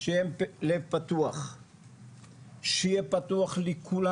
שיהיה פתוח לכולם.